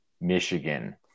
Michigan